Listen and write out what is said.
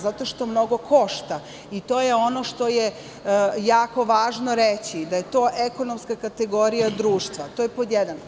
Zato što mnogo košta i to je ono što je jako važno reći, da je to ekonomska kategorija društva, to je pod jedan.